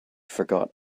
forgot